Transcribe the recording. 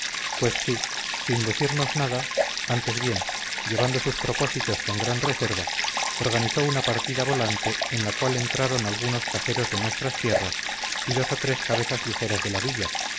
pues sí sin decirnos nada antes bien llevando sus propósitos con gran reserva organizó una partida volante en la cual entraron algunos caseros de nuestras tierras y dos o tres cabezas ligeras de la villa